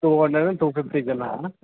to hundred and two fifty ಜನಾನ